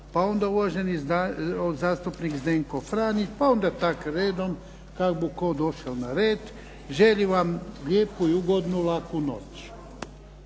pa onda uvaženi zastupnik Zdenko Franić, pa onda tako redom kako će tko doći na red. Želim vam lijepu i ugodnu laku noć.